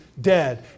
dead